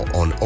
on